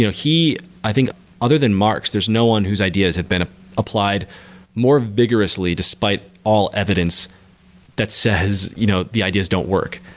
you know i think other than marx, there's no one whose ideas have been ah applied more vigorously despite all evidence that says you know the ideas don't work.